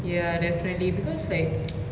ya definitely because like